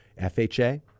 fha